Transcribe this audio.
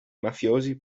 mafiosi